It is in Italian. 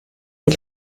del